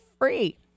free